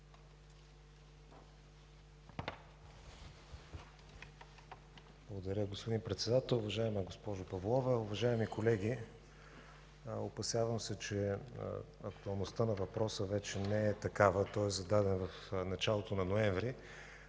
Благодаря, господин Председател. Уважаема госпожо Павлова, уважаеми колеги, опасявам се, че актуалността на въпроса вече не е такава. Той е зададен в началото на месец ноември.